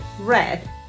red